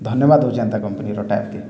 ଧନ୍ୟବାଦ ଦଉଚେଁ ଏନ୍ତା କମ୍ପାନୀର ଟ୍ୟାବକେ